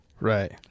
Right